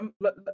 let